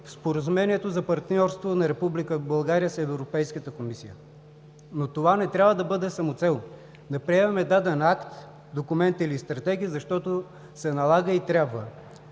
Споразумението за партньорство на Република България с Европейската комисия, но това не трябва да бъде самоцел – да приемаме даден акт, документ или стратегия, защото се налага и трябва.